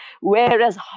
whereas